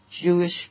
Jewish